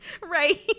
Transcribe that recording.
Right